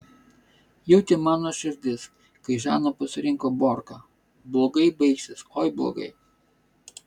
jautė mano širdis kai žana pasirinko borką blogai baigsis oi blogai